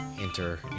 enter